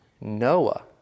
Noah